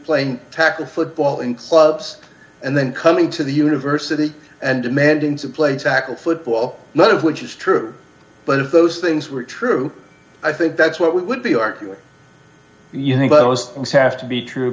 playing tackle football in clubs and then coming to the university and demand into play tackle football none of which is true but if those things were true i think that's what we would be arguing you know but most things have to be true